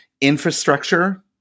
Infrastructure